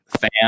fan